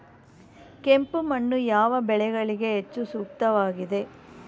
ಕೆಂಪು ಮಣ್ಣು ಯಾವ ಬೆಳೆಗಳಿಗೆ ಹೆಚ್ಚು ಸೂಕ್ತವಾಗಿದೆ?